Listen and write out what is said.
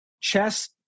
Chess